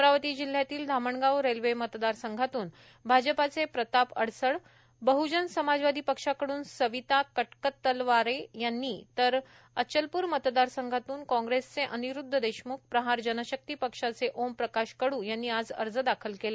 अमरावती जिल्ह्यातील धामनगाव रेल्वे मतदारसंघातून भारतीय जनता पक्षाचे प्रताप अडसड बह्जन समाजवादी पक्षाकडून सविता कटकतलवारे यांनी तर अचलपूर मतदारसंघातून कांग्रेसचे अनिरूदध देशमूख प्रहार जनशक्ती पक्षाचे ओमप्रकाश कडू यांनी आज अर्ज दाखल केले